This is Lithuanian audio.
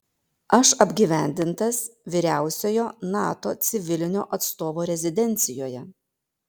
aš apgyvendintas vyriausiojo nato civilinio atstovo rezidencijoje